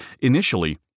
Initially